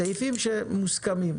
סעיפים שמוסכמים.